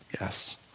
Yes